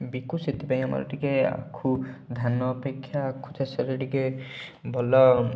ବିକୁ ସେଥିପାଇଁ ଆମର ଟିକେ ଆଖୁ ଧାନ ଅପେକ୍ଷା ଆଖୁ ଚାଷଟା ଟିକେ ଭଲ